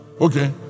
Okay